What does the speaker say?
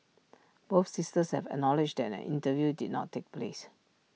both sisters have acknowledged that an interview did not take place